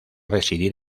residir